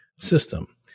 system